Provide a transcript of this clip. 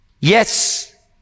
yes